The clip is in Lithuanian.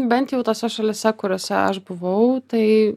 bent jau tose šalyse kuriose aš buvau tai